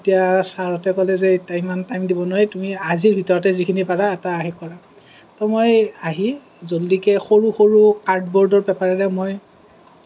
তেতিয়া ছাৰহঁতে ক'লে যে ইমান টাইম দিব নোৱাৰোঁ তুমি আজিৰ ভিতৰতে যিখিনি পাৰা এটা হেৰি কৰা তেতিয়া মই আহি জল্দিকে সৰু সৰু কাৰ্ড বৰ্ডৰ পেপাৰেৰে মই